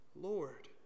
Lord